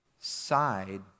side